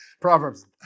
Proverbs